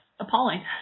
appalling